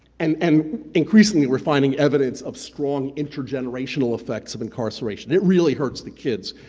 and and increasingly we're finding evidence of strong intergenerational effects of incarceration, it really hurts the kids.